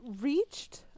reached